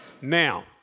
Now